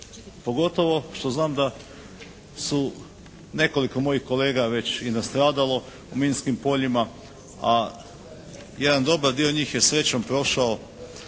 pogotovo što znam da su nekoliko mojih kolega već i nastradalo u minskim poljima, a jedan dobar dio njih je srećom prošao